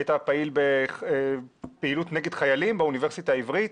שהיית פעיל בפעילות כנגד חיילים באוניברסיטה העברית.